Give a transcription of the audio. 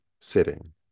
sitting